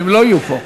אם הם לא יהיו פה,